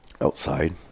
outside